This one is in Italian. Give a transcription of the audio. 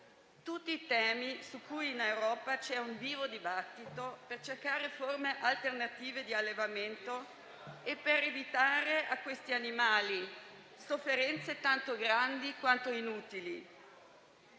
tutti temi su cui in Europa c'è un vivo dibattito per cercare forme alternative di allevamento ed evitare a questi animali sofferenze tanto grandi, quanto inutili.